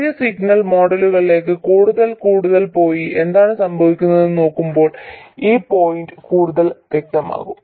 ചെറിയ സിഗ്നൽ മോഡലിലേക്ക് കൂടുതൽ കൂടുതൽ പോയി എന്താണ് സംഭവിക്കുന്നതെന്ന് നോക്കുമ്പോൾ ഈ പോയിന്റ് കൂടുതൽ വ്യക്തമാകും